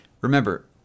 remember